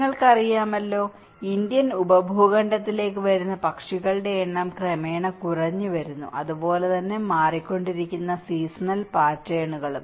നിങ്ങൾക്ക് അറിയാമല്ലോ ഇന്ത്യൻ ഉപഭൂഖണ്ഡത്തിലേക്ക് വരുന്ന പക്ഷികളുടെ എണ്ണം ക്രമേണ കുറഞ്ഞുവരുന്നു അതുപോലെ തന്നെ മാറിക്കൊണ്ടിരിക്കുന്ന സീസണൽ പാറ്റേണുകളും